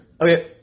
Okay